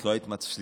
את לא היית מצליחה